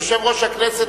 יושב-ראש הכנסת,